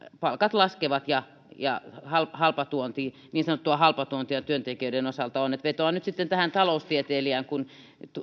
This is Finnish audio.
palkat laskevat ja ja niin sanottua halpatuontia työntekijöiden osalta on vetoan nyt sitten tähän taloustieteilijään kun